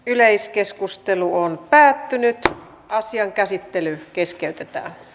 yleiskeskustelu päättyi ja asian käsittely keskeytettiin